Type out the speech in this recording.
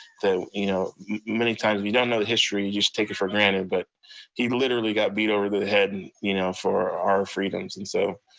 you know many times we don't know the history, you just take it for granted, but he literally got beat over the head and you know for our freedoms and so